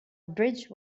bridge